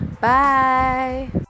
Bye